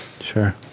sure